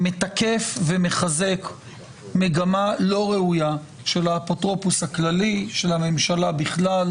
מתקף ומחזק מגמה לא ראויה של האפוטרופוס הכללי ושל הממשלה בכלל,